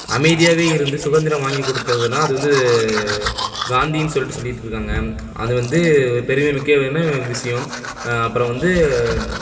அமைதியாவே இருந்து சுதந்திரம் வாங்கி கொடுத்ததுனா அது வந்து காந்தின்னு சொல்லிட்டு சொல்லிட்டிருக்காங்க அது வந்து ஒரு பெருமை மிக்கவேன விஷயம் அப்புறம் வந்து